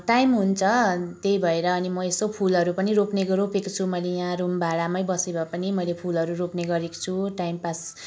time हुन्छ त्यही भएर यसो फुलहरू पनि रोप्ने रोपेको छु मैले यहाँ रुम भाडामै बसेको भए पनि मैले फुलहरू रोप्ने गरेको छु टाइम पास